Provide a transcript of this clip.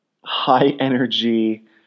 high-energy